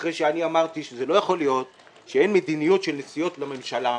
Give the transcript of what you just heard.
אחרי שאמרתי שלא יכול להיות שאין מדיניות של נסיעות לממשלה,